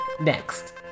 Next